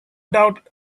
doubt